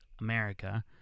America